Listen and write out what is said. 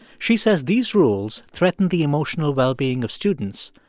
she says these rules threaten the emotional well-being of students,